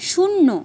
শূন্য